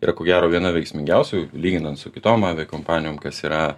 yra ko gero viena veiksmingiausių lyginant su kitom aviakompanijom kas yra